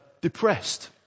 depressed